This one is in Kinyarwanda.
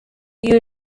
iyo